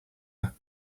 are